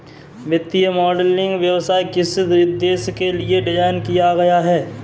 वित्तीय मॉडलिंग व्यवसाय किस उद्देश्य के लिए डिज़ाइन किया गया है?